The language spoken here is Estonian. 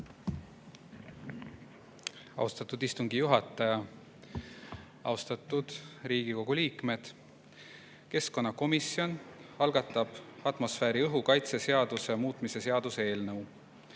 Austatud istungi juhataja! Austatud Riigikogu liikmed! Keskkonnakomisjon algatab atmosfääriõhu kaitse seaduse muutmise seaduse eelnõu.